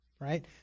right